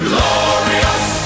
Glorious